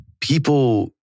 people